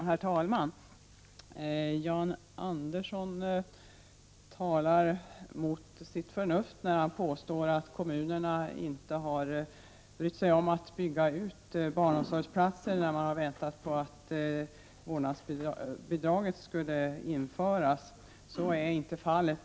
Herr talman! Jan Andersson talar mot sitt förnuft när han påstår att kommunerna inte har brytt sig om att bygga ut barnomsorgsplatser därför att de har väntat på att vårdnadsbidraget skulle införas. Så är inte fallet.